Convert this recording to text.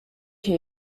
się